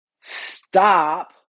stop